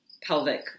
pelvic